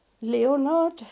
Leonard